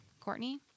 Courtney